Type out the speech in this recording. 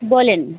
বলুন